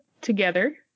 together